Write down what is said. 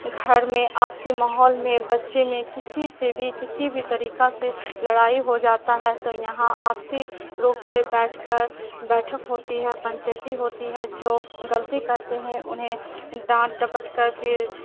گھر میں آپسی ماحول میں بچے میں کسی سے بھی کسی بھی طریقہ سے لڑائی ہو جاتا ہے تو یہاں آپسی روپ سے بیٹھ کر بیٹھک ہوتی ہے پنچیتی ہوتی ہے جو غلطی کرتے ہیں انہیں ڈانٹ ڈپٹ کر پھر